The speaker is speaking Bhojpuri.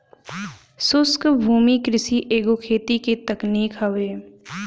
शुष्क भूमि कृषि एगो खेती के तकनीक हवे